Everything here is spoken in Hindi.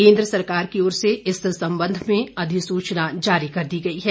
केन्द्र सरकार की ओर से इस संबंध में अधिसूचना जारी कर दी गई है